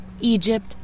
Egypt